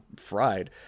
fried